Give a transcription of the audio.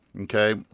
Okay